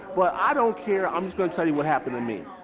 but i don't care, i'm just gonna tell you what happened to me.